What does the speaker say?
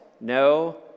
No